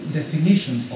definition